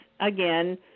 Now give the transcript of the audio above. again